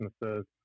businesses